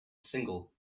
single